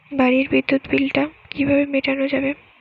বাড়ির বিদ্যুৎ বিল টা কিভাবে মেটানো যাবে?